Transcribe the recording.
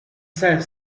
cinq